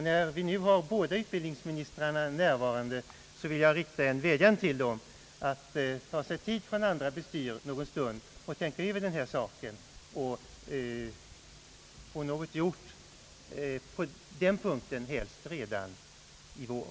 När de båda utbildningsministrarna är här närvarande, vill jag rikta en vädjan till dem att ta sig tid från andra bestyr någon stund och tänka över denna fråga och på den punkten få någonting gjort, helst redan i vår.